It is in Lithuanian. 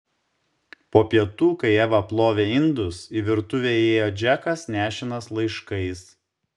po pietų kai eva plovė indus į virtuvę įėjo džekas nešinas laiškais